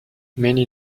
many